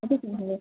वदतु महोदय